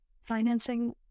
Financing